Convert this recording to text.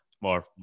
more